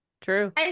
true